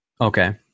Okay